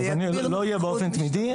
זה לא יהיה באופן תמידי,